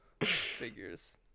Figures